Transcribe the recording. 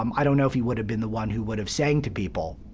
um i don't know if he would have been the one who would have sang to people,